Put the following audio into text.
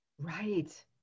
Right